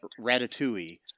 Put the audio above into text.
Ratatouille